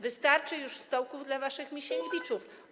Wystarczy już stołków dla waszych Misiewiczów.